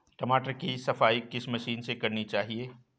टमाटर की सफाई किस मशीन से करनी चाहिए?